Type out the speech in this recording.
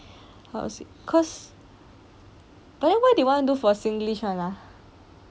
what was it but then why they want to do for singlish one ah